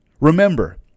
Remember